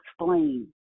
explain